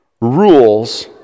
rules